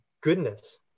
goodness